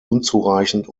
unzureichend